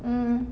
mm